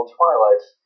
Twilight